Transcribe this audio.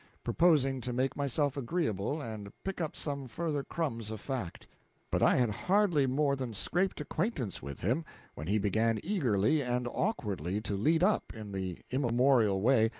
purposing to make myself agreeable and pick up some further crumbs of fact but i had hardly more than scraped acquaintance with him when he began eagerly and awkwardly to lead up, in the immemorial way,